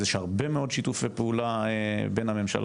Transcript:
יש הרבה מאוד שיתופי פעולה בין המדינה